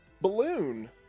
balloon